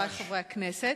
אף אנטנה,